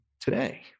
today